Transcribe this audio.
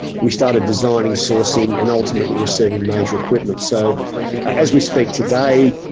we started designing sourcing and ultimately receiving major equipment. so as we speak today,